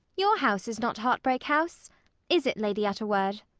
your house is not heartbreak house is it, lady utterword?